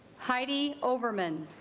heidi overman